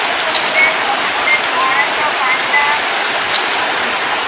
Uttar Pradesh Madhya Pradesh Maharashtra Punjab Paschimbanga